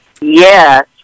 Yes